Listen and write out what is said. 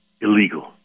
Illegal